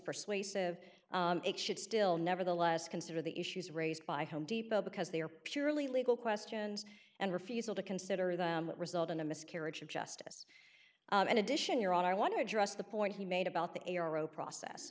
persuasive it should still nevertheless consider the issues raised by home depot because they are purely legal questions and refusal to consider them result in a miscarriage of justice in addition your honor i want to address the point he made about the arrow process